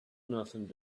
nothing